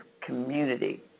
Community